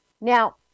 Now